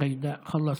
ג'ידא, חלאסטי.